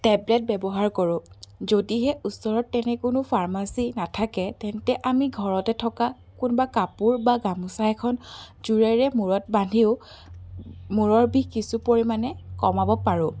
tablet ব্যৱহাৰ কৰোঁ যদিহে ওচৰত তেনে কোনো ফাৰ্মাচী নাথাকে তেন্তে আমি ঘৰতে থকা কোনোবা কাপোৰ বা গামোছা এখন জোৰেৰে মূৰত বান্ধিও মূৰৰ বিষ কিছু পৰিমাণে কমাব পাৰোঁ